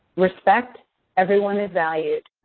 respect everyone is valued.